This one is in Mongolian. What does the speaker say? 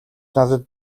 надад